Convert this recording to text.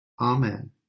Amen